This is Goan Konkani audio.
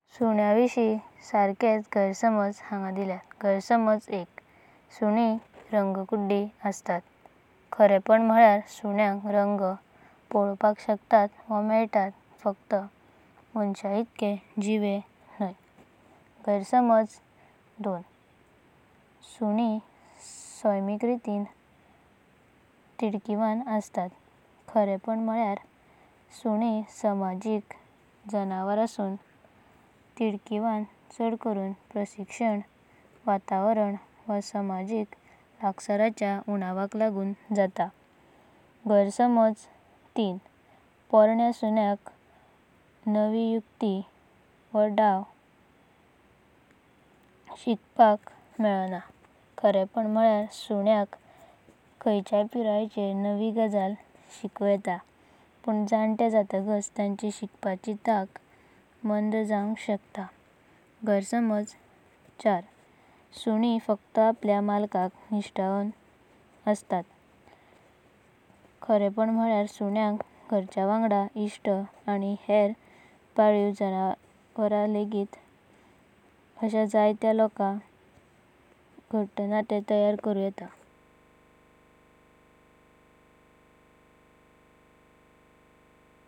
सुन्यान्वीशिं सार्कें गरसमजा। गरसमजा एक सुनीं रंगकुड़े असतात। खरेपण म्हळेया सुन्यांक रंग पालोवांक मेलतात व शकतात फकत मनाशां इतलें जीवे म्हाय। गरसमजा दून दुनीं सैमिका रितीन तिडाकिवंत असतात। ख्रेंपण म्हळेयर सुनीं सामाजिक जनावर आसून चड करुना प्रशीक्षन, वातावरण व सामाजिक लागाचाराचा उणवाक लागून जात। गरसमजा तीन सुन्यांक पोरणि युक्ति व दावा शिकपाक मेलना। खरेपण म्हळेयर उण्यांक खाण्याच्या पिरयच्या नवी गजल शीकुं येता, पण जंतें जाताकाच्या तांची शिकपाची तंका मांड जातो। गरसमजा च्यार सुनीं फकत आपल्या मालिकांक निश्ठावन असतात। खरोपन म्हंटलेयर सुन्यांक गराच्या वांगड, इष्ट आनी हेर पालिवा जनावर। लेगिता आशा जायत्या लोकांकड़ें घट्ट नातें तयार करून येतात।